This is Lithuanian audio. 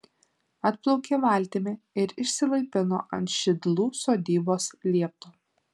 atplaukė valtimi ir išsilaipino ant šidlų sodybos liepto